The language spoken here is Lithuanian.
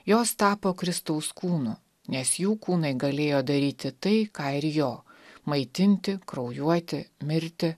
jos tapo kristaus kūnu nes jų kūnai galėjo daryti tai ką ir jo maitinti kraujuoti mirti